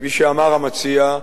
כפי שאמר המציע,